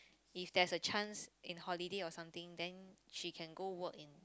if there's a chance in holiday or something then she can go work in